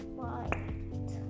white